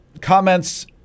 comments